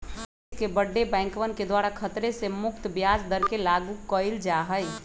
देश के बडे बैंकवन के द्वारा खतरे से मुक्त ब्याज दर के लागू कइल जा हई